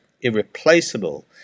irreplaceable